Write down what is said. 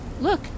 look